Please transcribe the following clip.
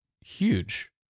huge